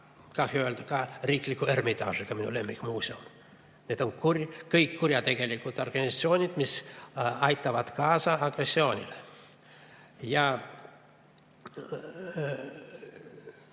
ka Riikliku Ermitaažiga, minu lemmikmuuseumiga. Need on kõik kuritegelikud organisatsioonid, mis aitavad kaasa agressioonile.